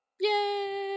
Yay